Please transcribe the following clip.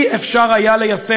לא היה אפשר ליישם.